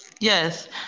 Yes